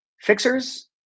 fixers